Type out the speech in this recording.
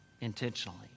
intentionally